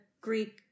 Greek